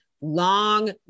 long